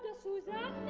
ah susanna